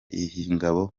ingabo